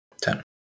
Ten